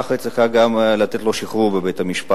כך צריך גם לתת לו שחרור בבית-המשפט.